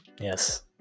Yes